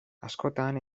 askotan